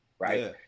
right